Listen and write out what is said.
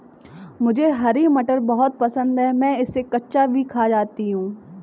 मुझे हरी मटर बहुत पसंद है मैं इसे कच्चा भी खा जाती हूं